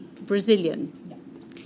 Brazilian